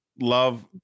Love